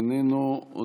איננו,